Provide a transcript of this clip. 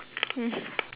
mm